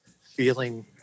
feeling